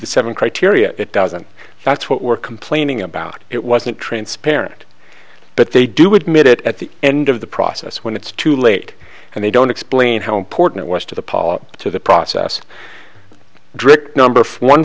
the seven criteria it doesn't that's what we're complaining about it wasn't transparent but they do admit it at the end of the process when it's too late and they don't explain how important it was to the pot to the process drip number one